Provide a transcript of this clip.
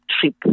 trip